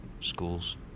schools